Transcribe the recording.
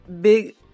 big